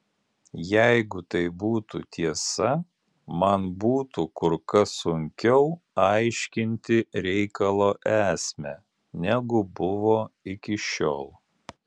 jeigu tai būtų tiesa man būtų kur kas sunkiau aiškinti reikalo esmę negu buvo iki šiol